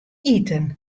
iten